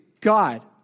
God